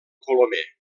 colomer